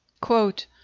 Quote